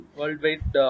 worldwide